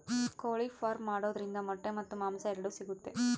ಕೋಳಿ ಫಾರ್ಮ್ ಮಾಡೋದ್ರಿಂದ ಮೊಟ್ಟೆ ಮತ್ತು ಮಾಂಸ ಎರಡು ಸಿಗುತ್ತೆ